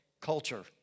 culture